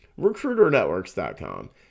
RecruiterNetworks.com